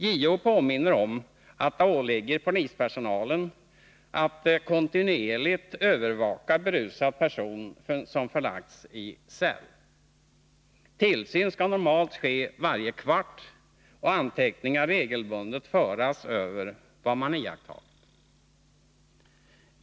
JO påminner om att det åligger polispersonalen att kontinuerligt övervaka berusad person som förlagts i cell. Tillsyn skall normalt ske varje kvart och anteckningar regelbundet föras över vad man har iakttagit.